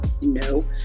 No